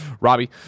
Robbie